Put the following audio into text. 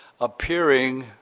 appearing